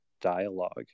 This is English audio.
dialogue